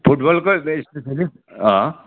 फुटबलकै specially अँ